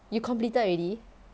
you completed already